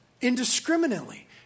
indiscriminately